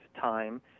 time